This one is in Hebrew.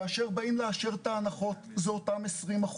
כאשר באים לאשר את ההנחות זה אותם 20%,